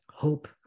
hope